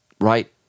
right